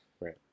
Right